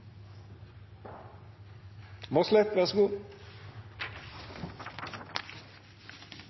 – ver så god.